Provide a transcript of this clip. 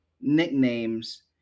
nicknames